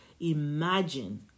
Imagine